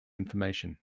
information